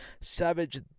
Savage